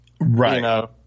Right